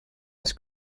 des